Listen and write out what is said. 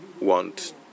want